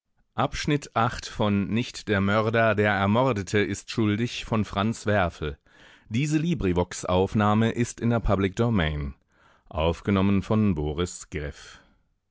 nicht der mörder der ermordete ist schuldig